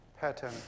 pattern